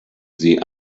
sie